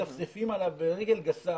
מצפצפים עליו ברגל גסה,